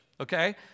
okay